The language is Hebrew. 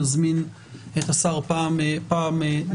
נזמין את השר פעם נוספת.